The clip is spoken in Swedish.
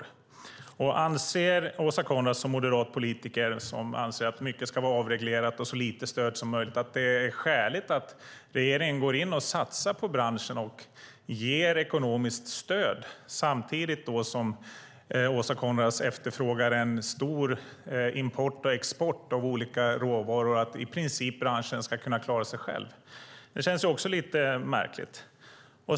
Och anser Åsa Coenraads som moderat politiker - mycket ska ju vara avreglerat, och det ska vara så lite stöd som möjligt - att det är skäligt att regeringen går in och satsar på branschen och ger ekonomiskt stöd? Samtidigt efterfrågar Åsa Coenraads stor import och stor export av olika råvaror. I princip ska branschen kunna klara sig själv. Också detta känns lite märkligt.